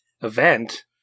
event